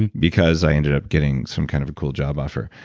and because i ended up getting some kind of a cool job offer.